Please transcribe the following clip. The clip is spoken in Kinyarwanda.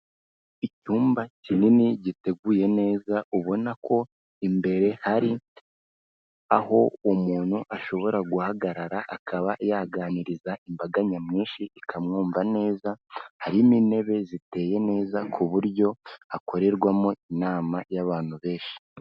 Icyumba kinini giteguye neza, ubona ko imbere hari aho umuntu ashobora guhagarara, akaba yaganiriza imbaga nyamwinshi ikamwumva neza, harimo intebe ziteye neza ku buryo hakorerwamo inama y'abantu benshi.